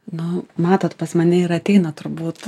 nu matot pas mane ir ateina turbūt